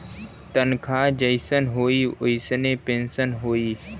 तनखा जइसन होई वइसने पेन्सन होई